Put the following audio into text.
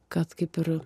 kad kaip ir